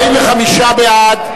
45 בעד,